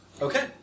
Okay